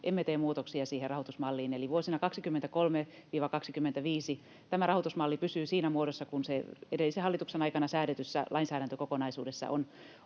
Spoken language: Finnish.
emme tee muutoksia siihen rahoitusmalliin, eli vuosina 23—25 tämä rahoitusmalli pysyy siinä muodossa kuin se edellisen hallituksen aikana säädetyssä lainsäädäntökokonaisuudessa on